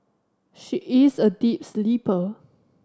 she is a deep sleeper